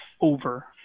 over